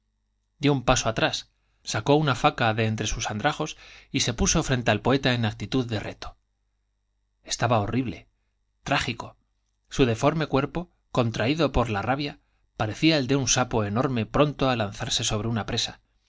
bió un paso atrás sacó una faca de entre andrajos al actitud de sus y se puso frente poeta en reto estaba horrible trágico su deforme cuerpo con traído por la rabia parecía el de un sapo enorme pronto á lanzarse sobre una presa